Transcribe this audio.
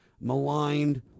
maligned